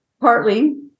partly